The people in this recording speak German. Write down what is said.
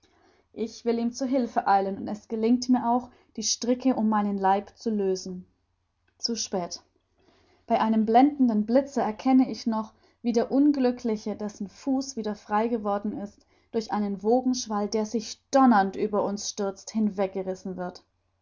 ich will ihm zu hilfe eilen und es gelingt mir auch die stricke um meinen leib zu lösen zu spät bei einem blendenden blitze erkenne ich noch wie der unglückliche dessen fuß wieder frei geworden ist durch einen wogenschwall der sich donnernd über uns stürzt hinweggerissen wird